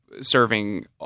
serving